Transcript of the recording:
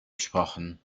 gesprochen